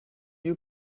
you